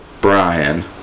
Brian